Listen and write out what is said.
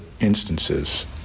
instances